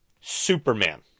Superman